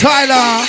Tyler